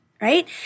right